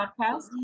podcast